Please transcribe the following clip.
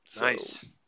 Nice